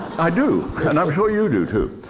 i do, and i'm sure you do too.